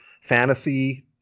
fantasy